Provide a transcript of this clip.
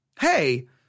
hey